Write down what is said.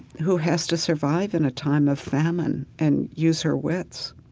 who has to survive in a time of famine and use her wits